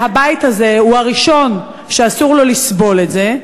והבית הזה הוא הראשון שאסור לו לסבול את זה,